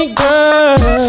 girl